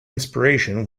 inspiration